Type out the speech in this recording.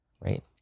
right